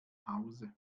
hause